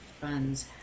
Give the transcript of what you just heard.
funds